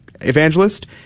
evangelist